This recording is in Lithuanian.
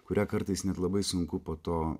kurią kartais net labai sunku po to